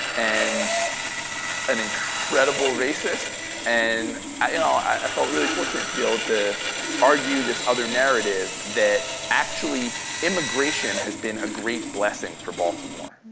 and an incredible racist. and i you know i felt really fortunate to be able to argue this other narrative that actually immigration has been a great blessing for baltimore,